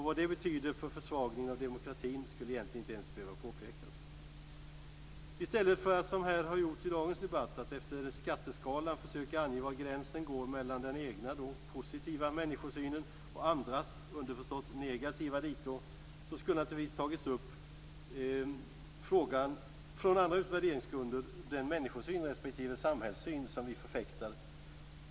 Vad det betyder för försvagningen av demokratin skulle egentligen inte ens behöva påpekas. I stället för att som här har gjorts i dagens debatt att efter en skatteskala försöka ange var gränsen går mellan den egna positiva människosynen och andras, underförstått negativa dito, skulle naturligtvis tagits upp utifrån andra värderingsgrunder den människosyn respektive samhällssyn som vi förfäktar.